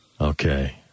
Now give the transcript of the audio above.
Okay